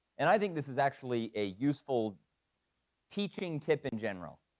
and i think this is actually a useful teaching tip in general.